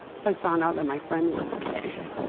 if i found out that my friend was gay. i see.